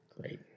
Great